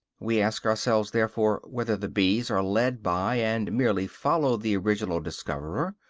we ask ourselves therefore whether the bees are led by, and merely follow the original discoverer,